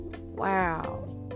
Wow